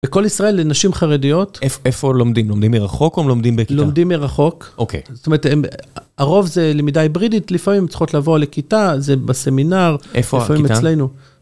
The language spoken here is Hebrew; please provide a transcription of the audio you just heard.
בכל ישראל, לנשים חרדיות. איפה לומדים? לומדים מרחוק או לומדים בכיתה? לומדים מרחוק. אוקיי. זאת אומרת, הרוב זה למידה היברידית, לפעמים צריכות לבוא לכיתה, זה בסמינר. איפה הכיתה?